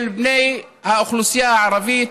בני האוכלוסייה הערבית,